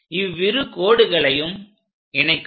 இவ்விரு கோடுகளையும் இணைக்கவும்